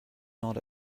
not